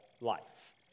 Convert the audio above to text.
life